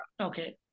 Okay